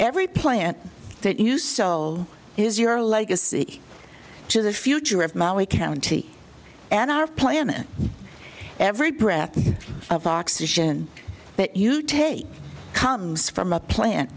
every plant that you soul is your legacy to the future of maui county and our planet every breath of oxygen that you take comes from a plant